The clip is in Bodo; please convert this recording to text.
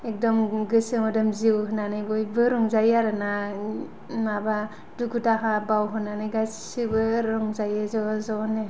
एकदम गोसो मोदोम जिउ होनानै बयबो रंजायो आरोना माबा दुखु दाहा बावहोनानै गासिबो रंजायो ज' ज' नो